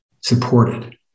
supported